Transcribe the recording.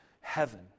heaven